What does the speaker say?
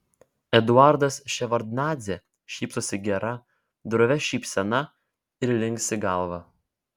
eduardas ševardnadzė šypsosi gera drovia šypsena ir linksi galva